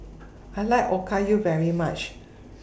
I like Okayu very much